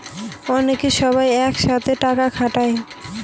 অনেকে সবাই এক সাথে টাকা খাটায়